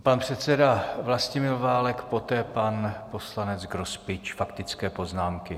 Pan předseda Vlastimil Válek, poté pan poslanec Grospič faktické poznámky.